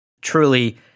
truly